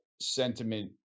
sentiment